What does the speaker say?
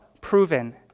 proven